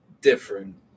different